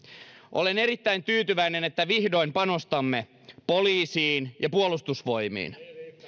olen erittäin tyytyväinen että vihdoin panostamme poliisiin ja puolustusvoimiin